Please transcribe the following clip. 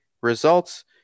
results